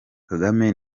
kagame